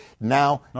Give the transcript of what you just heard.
now